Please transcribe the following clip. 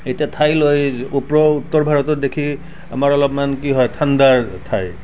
এতিয়া ঠাই লৈ ওপ্ৰ উত্তৰ ভাৰতক দেখি আমাৰ অলপমান কি হয় ঠাণ্ডাৰ ঠাই